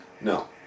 No